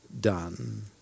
done